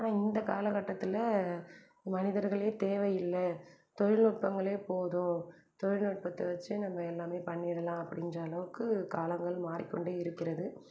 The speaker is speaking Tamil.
ஆனால் இந்த காலக்கட்டத்தில் மனிதர்களே தேவை இல்லை தொழில்நுட்பங்களே போதும் தொழில்நுட்பத்தை வச்சு நம்ம எல்லாமே பண்ணிடலாம் அப்படின்ற அளவுக்கு காலங்கள் மாறிக்கொண்டே இருக்கிறது